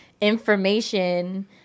information